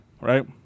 right